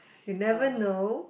you never know